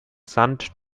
sand